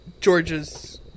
george's